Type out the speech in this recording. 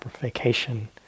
vacation